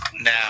Now